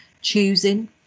choosing